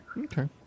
Okay